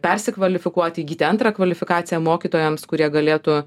persikvalifikuot įgyti antrą kvalifikaciją mokytojams kurie galėtų